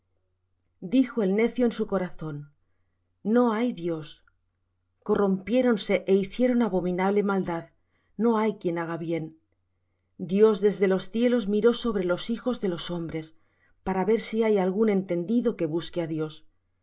dijo el necio en su corazón no hay dios corrompiéronse é hicieron abominable maldad no hay quien haga bien dios desde los cielos miró sobre los hijos de los hombres por ver si hay algún entendido que busque á dios